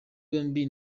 bombi